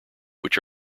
which